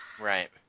Right